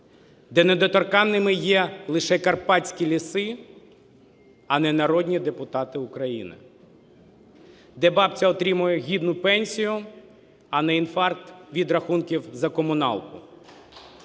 Де недоторканними є лише карпатські ліси, а не народні депутати України. Де бабця отримує гідну пенсію, а не інфаркт від рахунків за комуналку.